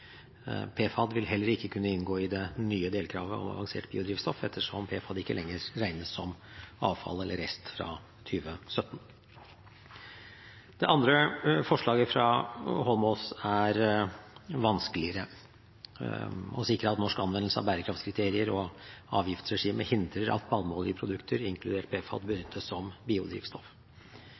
PFAD vil heller ikke kunne inngå i det nye delkravet om avansert biodrivstoff, ettersom PFAD ikke lenger regnes som avfall eller rest fra 2017. Det andre forslaget fra Eidsvoll Holmås er vanskeligere: å «sikre at norsk anvendelse av bærekraftskriterier og avgiftsregime hindrer at palmeoljeprodukter, inkludert PFAD, benyttes som biodrivstoff».